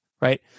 right